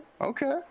okay